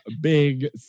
big